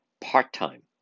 part-time